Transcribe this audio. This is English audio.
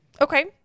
Okay